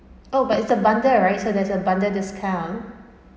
oh but it's a bundle right so there's a bundle discount